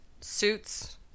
Suits